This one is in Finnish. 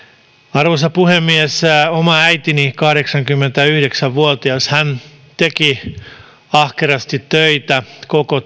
arvoisa puhemies oma äitini kahdeksankymmentäyhdeksän vuotias teki ahkerasti töitä koko